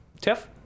Tiff